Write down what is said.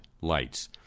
lights